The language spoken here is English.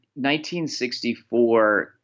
1964